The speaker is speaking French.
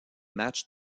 matchs